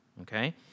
okay